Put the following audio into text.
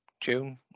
June